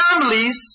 Families